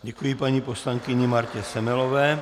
Děkuji paní poslankyni Martě Semelové.